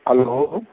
hello